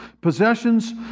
possessions